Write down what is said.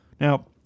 Now